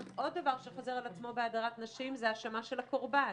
עוד דבר שחוזר על עצמו בהדרת נשים זה האשמה של הקורבן.